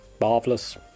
Marvelous